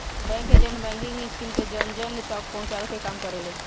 bank agent banking scheme के जन जन तक पहुंचावे के काम करेले